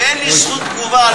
ואין לי זכות תגובה,